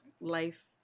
life